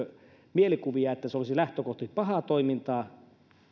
mielikuvia että se olisi lähtökohtaisesti pahaa toimintaa